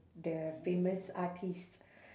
the famous artiste